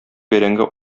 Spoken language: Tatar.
бәрәңге